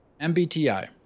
MBTI